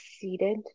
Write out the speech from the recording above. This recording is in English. seated